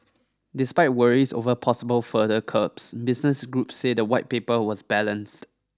despite worries over possible further curbs business groups say the white paper was balanced